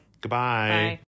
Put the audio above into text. goodbye